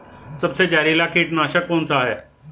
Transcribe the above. सबसे जहरीला कीटनाशक कौन सा है?